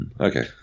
Okay